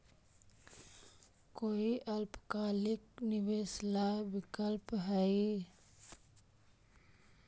कोई अल्पकालिक निवेश ला विकल्प हई?